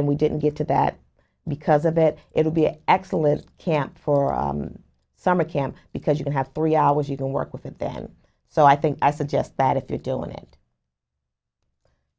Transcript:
and we didn't get to that because of it it would be excellent camp for summer camp because you can have three hours you can work with and then so i think i suggest that if you're doing it